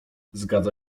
zgadza